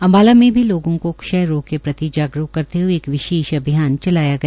अम्बाला में भी लोगों को क्षय रोग के प्रति जागरूक करते हए एक विशेष अभियान चलाया गया